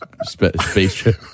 spaceship